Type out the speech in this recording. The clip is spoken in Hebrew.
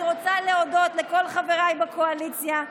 אני רוצה להודות לכל חבריי בקואליציה.